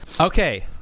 Okay